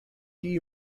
key